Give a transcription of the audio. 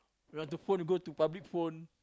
you want to phone go to public phone